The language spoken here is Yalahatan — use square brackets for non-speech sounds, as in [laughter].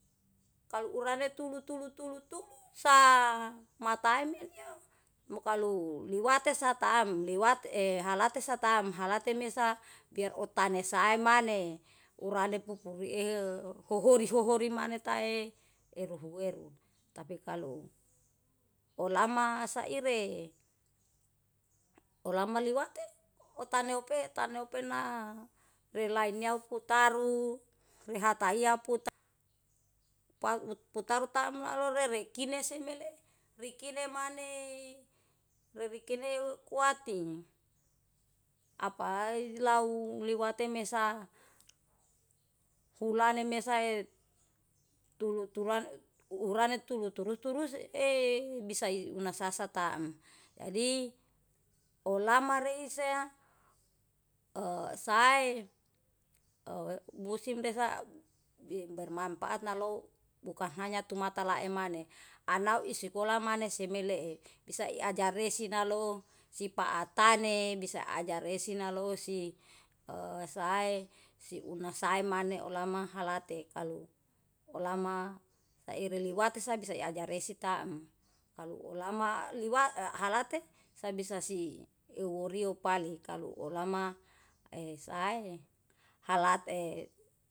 Kalu urane tulu tulu tulu tulu sae matai menei. Mo kalu liwate satam e halate satam halate mesa biar otane sae maneh urane pukul eheu hohori-hohori maneh tae eru hueru. Tapi kalu olama saire olama liwate otaneope taneu pena relai neau putaru rehataia putaru tamlalo rere kinesemele rikini maneh, rerikini kuati apae lau liwate mesa hulane mesa e tulu tura lane tulu- tulu turusi e bisai una sasa taem. Jadi olama reisa a sae a busim resa [hesitation] bermanpaat nalou bukan hanya tumata laem maneh. Anau isikola maneh semelee bisa iajaresi nalo sipaa tane, bisa ajaresi nalosi a sae si una sae maneh olama halate. Kalu olama saire liwate sabisa iajaresi taem, kalu olama liwa halate sabisa si iewriu pale kalu olama e sae halate e.